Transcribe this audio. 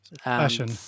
Passion